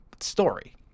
story